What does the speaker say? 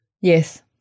yes